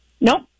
Nope